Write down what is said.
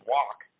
Walk